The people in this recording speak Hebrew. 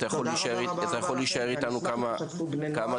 אתה יכול להישאר איתנו כמה דקות,